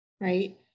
right